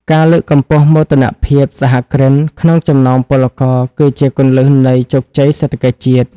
ការលើកកម្ពស់ "មោទនភាពសហគ្រិន" ក្នុងចំណោមពលករ គឺជាគន្លឹះនៃជោគជ័យសេដ្ឋកិច្ចជាតិ។